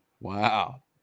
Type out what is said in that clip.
Wow